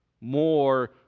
More